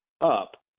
up